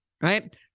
right